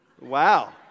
Wow